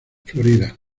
florida